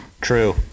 True